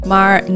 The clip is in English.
Maar